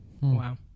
Wow